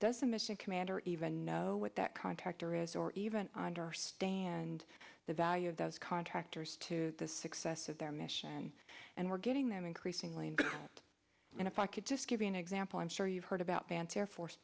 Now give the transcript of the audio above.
the mission commander even know what that contractor is or even understand the value of those contractors to the success of their mission and we're getting them increasingly and and if i could just give you an example i'm sure you've heard about vance air force